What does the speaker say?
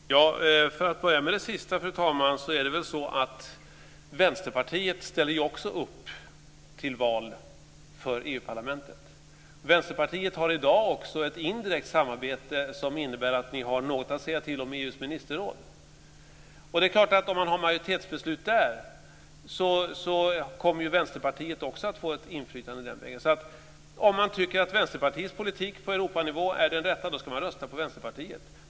Fru talman! För att börja med det sista är det väl så att Vänsterpartiet också ställer upp till val för EU parlamentet. Vänsterpartiet har i dag också ett indirekt samarbete som innebär att ni har något att säga till om i EU:s ministerråd. Om man har majoritetsbeslut där är det klart att Vänsterpartiet också kommer att få ett inflytande där, så om man tycker att Vänsterpartiets politik på Europanivå är den rätta ska man rösta på Vänsterpartiet.